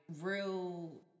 real